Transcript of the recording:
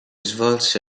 svolse